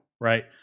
right